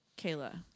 Kayla